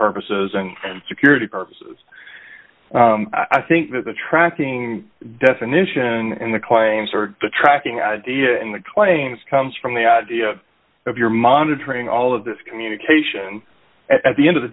purposes and security purposes i think there's a tracking definition in the claims or the tracking idea and the claims comes from the idea of you're monitoring all of this communication at the end of the